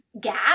gap